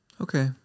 okay